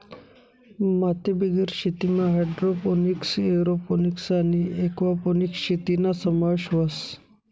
मातीबिगेर शेतीमा hydroponics, aeroponics आणि एक्वापोनिक्स शेतीना समावेश व्हस